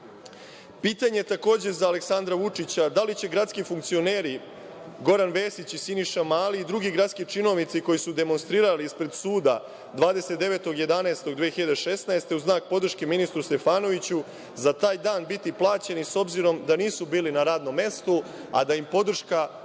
takođe za Aleksandra Vučića, da li će gradski funkcioneri Goran Vesić i Siniša Mali i drugi gradski činovnici koji su demonstrirali ispred suda 29. novembra 2016. godine u znak podrške ministru Stefanoviću, za taj dan biti plaćeni, s obzirom da nisu bili na radnom mestu, a da im podrška ispred